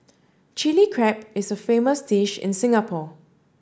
Chilli Crab is a famous dish in Singapore